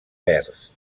verds